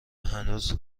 هنوز